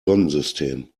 sonnensystem